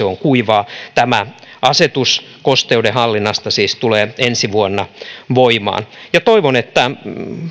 on kuivaa tämä asetus kosteuden hallinnasta siis tulee ensi vuonna voimaan toivon että